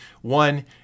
One